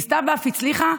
היא ניסתה ואף הצליחה,